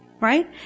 Right